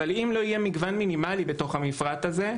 אבל אם לא יהיה מגוון מינימלי במפרט הזה,